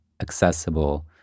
accessible